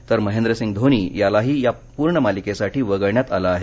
तर महेंद्रसिंह धोनी यालाही या पूर्ण मालिकेसाठी वगळण्यात आलं आहे